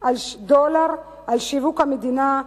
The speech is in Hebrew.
דולר על שיווק המדינה,